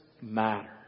matter